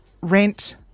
rent